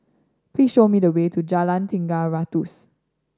please show me the way to Jalan Tiga Ratus